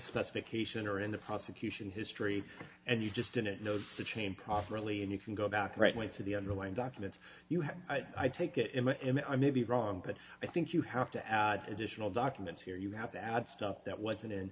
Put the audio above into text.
specification or in the prosecution history and you just didn't know the chain properly and you can go back right way to the underlying documents you have i take it in the end i may be wrong but i think you have to add additional documents here you have to add stuff that wasn't in